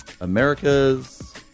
America's